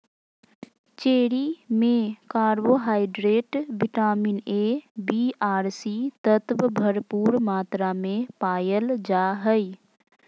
cherry में carbohydrate, vitamin A, B आर C तत्व भरपूर मात्रा में पायल जा हइ